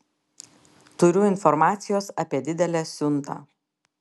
turiu informacijos apie didelę siuntą